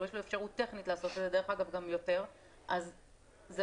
יש לו אפשרות טכנית לעשות את זה,